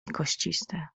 kościste